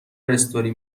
استوری